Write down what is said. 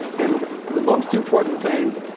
and the most important thing